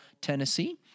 Tennessee